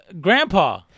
Grandpa